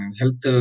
health